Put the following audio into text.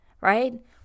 right